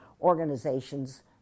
organizations